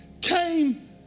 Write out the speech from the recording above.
came